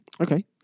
Okay